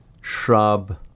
shrub